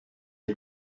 est